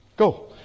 Go